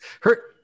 Hurt